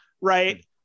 Right